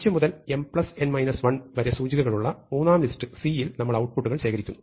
0 മുതൽ mn 1 വരെ സൂചികകളുള്ള മൂന്നാം ലിസ്റ്റ് C യിൽ നമ്മൾ ഔട്ട്പുട്ട് ശേഖരിക്കുന്നു